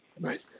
Right